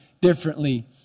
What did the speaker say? differently